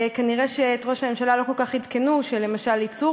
ונראה שאת ראש הממשלה לא כל כך עדכנו שלמשל ייצור